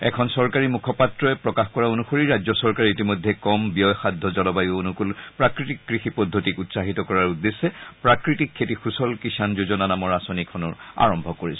এখন চৰকাৰী মুখপাত্ৰই প্ৰকাশ কৰা অনুসৰি ৰাজ্য চৰকাৰে ইতিমধ্যে কম ব্যয় সাধ্য জলবায়ু অনুকুল প্ৰাকৃতিক কৃষি পদ্ধতিক উৎসাহিত কৰাৰ উদ্দেশ্যে প্ৰাকৃতিক খেতি সুচল কিষাণ যোজনা নামৰ বিশেষ আঁচনি আৰম্ভ কৰিছে